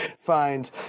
Find